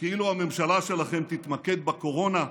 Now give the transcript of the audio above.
כאילו הממשלה שלכם תתמקד בקורונה.